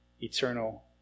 eternal